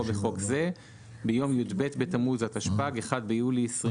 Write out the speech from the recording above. בחוק זה ביום י"ב בתמוז התשפ"ג (1 ביולי 2023)